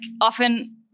often